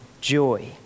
joy